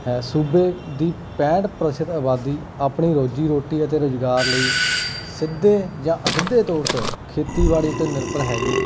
ਹੈ ਸੂਬੇ ਦੀ ਪੈਂਹਠ ਪ੍ਰਤੀਸ਼ਤ ਆਬਾਦੀ ਆਪਣੀ ਰੋਜ਼ੀ ਰੋਟੀ ਅਤੇ ਰੁਜ਼ਗਾਰ ਲਈ ਸਿੱਧੇ ਜਾਂ ਅਸਿੱਧੇ ਤੌਰ 'ਤੇ ਖੇਤੀਬਾੜੀ 'ਤੇ ਨਿਰਭਰ ਹੈਗੀ